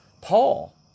Paul